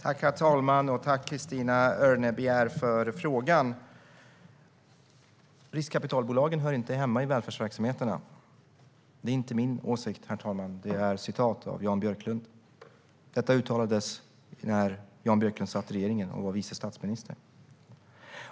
Herr talman! Jag tackar Christina Örnebjär för frågan. Riskkapitalbolagen hör inte hemma i välfärdsverksamheterna. Det är inte min åsikt, herr talman, utan Jan Björklunds ord. De uttalades när Jan Björklund satt i regeringen och var vice statsminister.